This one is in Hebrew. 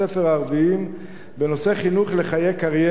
הערביים בנושא "חינוך לחיי קריירה"